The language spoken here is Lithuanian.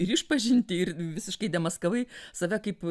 ir išpažintį ir visiškai demaskavai save kaip